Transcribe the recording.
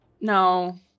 No